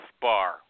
bar